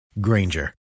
Granger